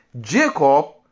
Jacob